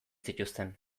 zituzten